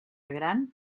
gran